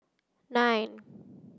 nine